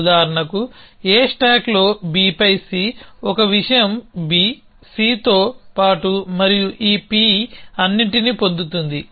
ఉదాహరణకు A స్టాక్లో B పై C ఒక విషయం BCతో పాటు ఈ P అన్నింటిని పొందుతుంది